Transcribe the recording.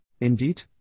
Indeed